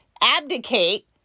abdicate